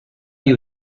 you